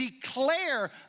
declare